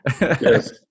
Yes